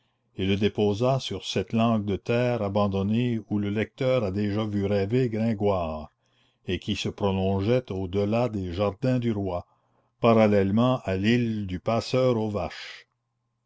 et le déposa sur cette langue de terre abandonnée où le lecteur a déjà vu rêver gringoire et qui se prolongeait au delà des jardins du roi parallèlement à l'île du passeur aux vaches